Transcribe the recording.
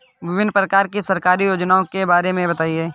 विभिन्न प्रकार की सरकारी योजनाओं के बारे में बताइए?